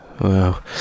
Wow